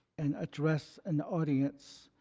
and address an audience,